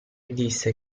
disse